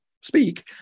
speak